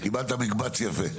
קיבלת מקבץ יפה.